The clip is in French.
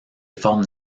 formes